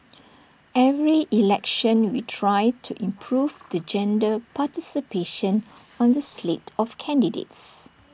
every election we try to improve the gender participation on the slate of candidates